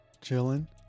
chilling